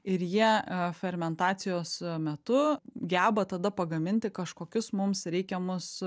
ir jie fermentacijos metu geba tada pagaminti kažkokius mums reikiamus